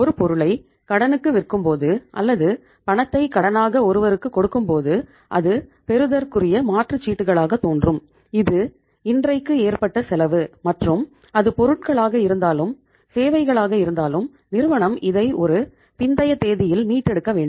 ஒரு பொருளை கடனுக்கு விற்கும்போது அல்லது பணத்தை கடனாக ஒருவருக்கு கொடுக்கும்போது அது பெறுதற்குரிய மாற்றுசீட்டுகளாக தோன்றும் இது இன்றைக்கு ஏற்பட்ட செலவு மற்றும் அது பொருட்களாக இருந்தாலும் சேவைகளாக இருந்தாலும் நிறுவனம் இதை ஒரு பிந்தைய தேதியில் மீட்டெடுக்க வேண்டும்